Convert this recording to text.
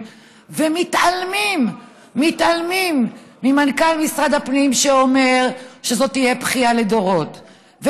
ומתעלמים ממנכ"ל משרד הפנים שאומר שזאת תהיה בכייה לדורות,